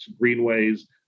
greenways